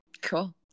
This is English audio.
Cool